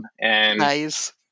Nice